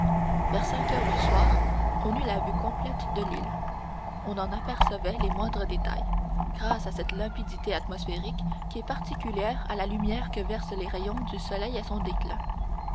vers cinq heures du soir on eut la vue complète de l'île on en apercevait les moindres détails grâce à cette limpidité atmosphérique qui est particulière à la lumière que versent les rayons du soleil à son déclin